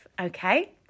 okay